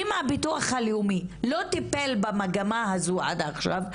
אם הביטוח הלאומי לא טיפל במגמה הזו עד עכשיו,